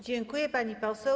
Dziękuję, pani poseł.